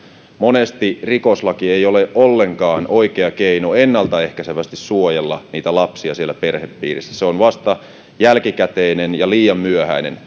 monesti rikoslaki ei ole ollenkaan oikea keino ennaltaehkäisevästi suojella lapsia siellä perhepiirissä se on vasta jälkikäteinen ja liian myöhäinen